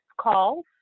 calls